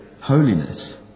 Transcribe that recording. holiness